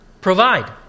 provide